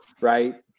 right